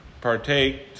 partake